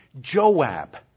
Joab